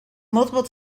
multiple